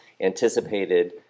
anticipated